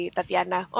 Tatiana